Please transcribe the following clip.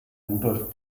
rudolf